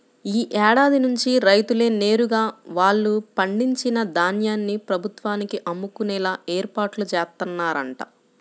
యీ ఏడాది నుంచి రైతులే నేరుగా వాళ్ళు పండించిన ధాన్యాన్ని ప్రభుత్వానికి అమ్ముకునేలా ఏర్పాట్లు జేత్తన్నరంట